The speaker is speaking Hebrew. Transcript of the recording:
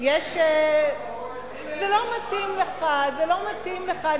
זה לא מתאים לך, זה לא מתאים לך.